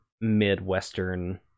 midwestern